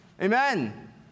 Amen